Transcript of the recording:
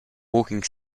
walking